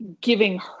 giving